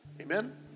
Amen